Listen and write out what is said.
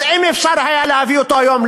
אז אם היה אפשר להביא אותו היום,